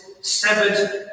severed